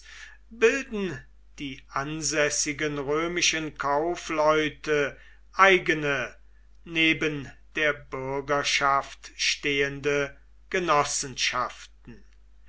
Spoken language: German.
bilden die ansässigen römischen kaufleute eigene neben der bürgerschaft stehende genossenschaften